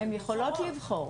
הן יכולות לבחור.